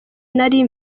nari